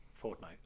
Fortnite